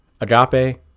Agape